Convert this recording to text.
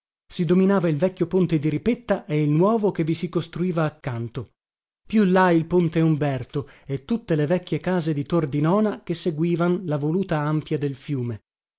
si dominava il vecchio ponte di ripetta e il nuovo che vi si costruiva accanto più là il ponte umberto e tutte le vecchie case di tordinona che seguivan la voluta ampia del fiume